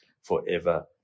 forever